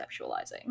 conceptualizing